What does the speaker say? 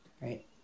Right